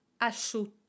asciutto